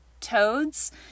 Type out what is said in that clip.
toads